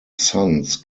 sons